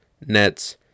Nets